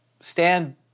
stand